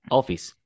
office